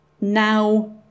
now